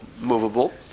movable